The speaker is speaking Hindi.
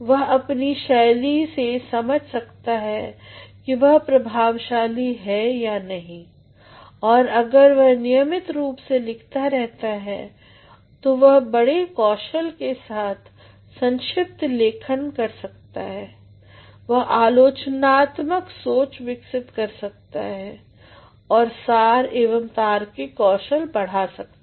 वह अपनी लेखन शैली से समझ सकता है कि वह प्रभावशाली है या नहीं और अगर वह नियमित रूप से लिखता रहता है तो वह बड़े कौशल के साथ संक्षिप्त लेखन कर सकता है वह आलोचनात्मक सोच विकसित कर सकता और सारएवं तार्किक कौशल बढ़ा सकता